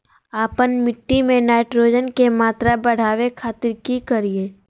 आपन मिट्टी में नाइट्रोजन के मात्रा बढ़ावे खातिर की करिय?